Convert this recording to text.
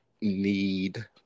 need